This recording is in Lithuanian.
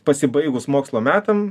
pasibaigus mokslo metam